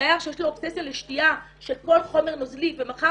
שדייר שיש לו אובססיה לשתייה של כל חומר נוזלי ומחר